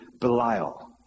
Belial